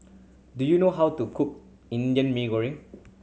do you know how to cook Indian Mee Goreng